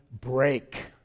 break